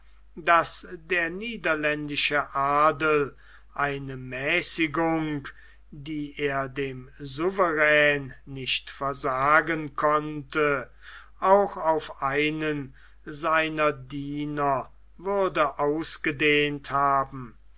daß der niederländische adel eine mäßigung die er dem souverän nicht versagen konnte auch auf einen seiner diener würde ausgedehnt haben